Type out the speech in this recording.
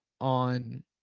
on